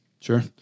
Sure